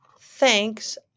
Thanks